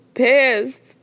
pissed